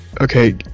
okay